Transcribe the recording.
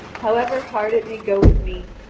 however hard it may go with me,